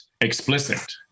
explicit